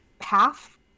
half